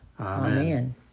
Amen